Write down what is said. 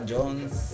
Jones